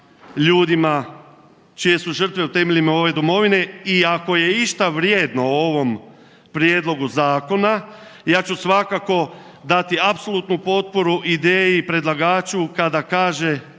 ljudima čije su žrtve u temeljima ove domovine i ako je išta vrijedno u ovom prijedlogu zakona ja ću svakako dati apsolutnu potporu ideji i predlagaču kada kaže